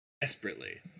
Desperately